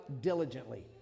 diligently